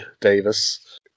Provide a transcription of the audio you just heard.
Davis